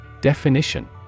Definition